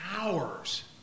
hours